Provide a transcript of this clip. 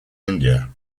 india